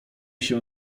się